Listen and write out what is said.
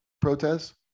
protests